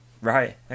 Right